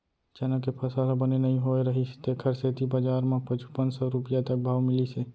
चना के फसल ह बने नइ होए रहिस तेखर सेती बजार म पचुपन सव रूपिया तक भाव मिलिस हे